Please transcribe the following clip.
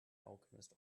alchemist